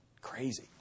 Crazy